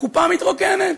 הקופה מתרוקנת.